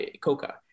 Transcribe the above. coca